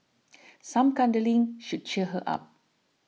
some cuddling should cheer her up